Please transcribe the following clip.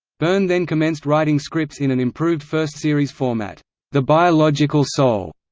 byrne then commenced writing scripts in an improved first-series format the biological soul,